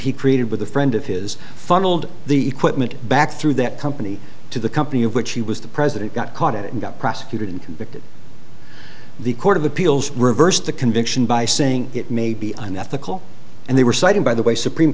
he created with a friend of his funneled the equipment back through that company to the company of which he was the president got caught at it and got prosecuted and convicted the court of appeals reversed the conviction by saying it may be an ethical and they were cited by the way supreme